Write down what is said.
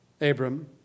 Abram